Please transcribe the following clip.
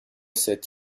sept